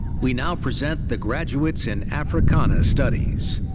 we now present the graduates in africana studies.